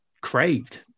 craved